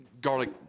Garlic